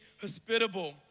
hospitable